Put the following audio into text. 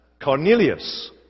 Cornelius